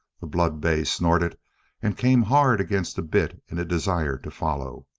the blood-bay snorted and came hard against the bit in a desire to follow.